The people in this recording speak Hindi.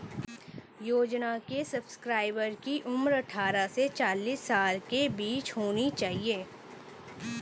योजना के सब्सक्राइबर की उम्र अट्ठारह से चालीस साल के बीच होनी चाहिए